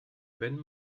wenn